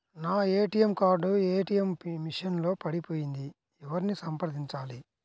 నా ATM card ATM machine లో పడిపోయింది ఎవరిని సంప్రదించాలి?